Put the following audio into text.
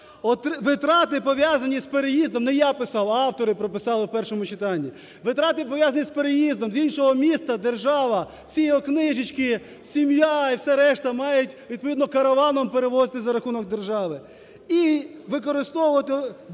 Витрати, пов'язані з переїздом, не я писав, а автори прописали в першому читанні. Витрати, пов'язані з переїздом з іншого міста, держава, всі його книжечки, сім'я і все решта мають відповідно караваном перевозити за рахунок держави. І використовувати